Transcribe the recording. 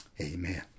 Amen